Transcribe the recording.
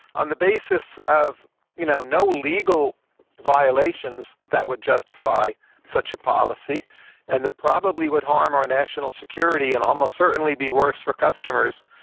on the basis of you know no legal violations that would justify such a policy and that probably would harm our national security and almost certainly be worse for customers.